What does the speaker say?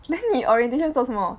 then 你 orientation 做什么